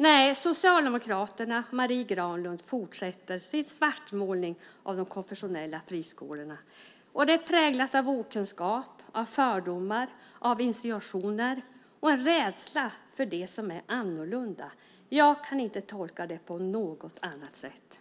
Nej, Socialdemokraterna och Marie Granlund fortsätter att svartmåla de konfessionella friskolorna. Det är präglat av okunskap, av fördomar, av insinuationer och av rädsla för det som är annorlunda. Jag kan inte tolka det på något annat sätt.